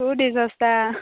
କେଉଁଠି ଶସ୍ତା